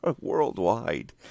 worldwide